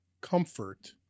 comfort